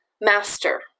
Master